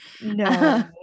no